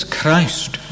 Christ